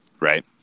Right